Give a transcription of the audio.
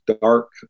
dark